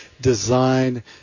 design